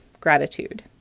gratitude